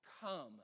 come